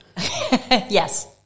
Yes